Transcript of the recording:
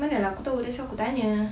mana lah aku tahu that's why aku tanya